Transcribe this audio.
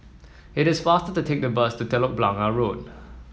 it is faster to take the bus to Telok Blangah Road